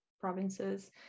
provinces